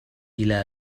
إلى